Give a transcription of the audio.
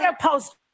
post